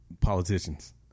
Politicians